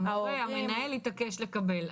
המורה, המנהל יתעקש לקבל.